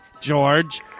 George